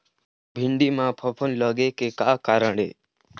भिंडी म फफूंद लगे के का कारण ये?